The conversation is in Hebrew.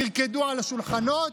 תרקדו על השולחנות,